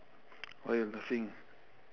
why you laughing